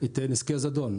היא לנזקי טבע,